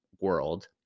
world